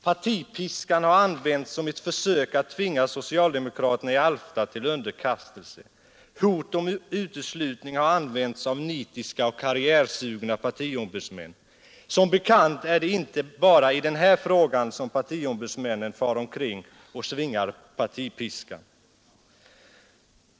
Partipiskan har använts som ett försök att tvinga socialdemokraterna i Alfta till underkastelse. Hot om uteslutning har använts av nitiska och karriärsugna partiombudsmän. Som bekant är det inte bara i den frågan som partiombudsmännen far omkring och svingar partipiskan.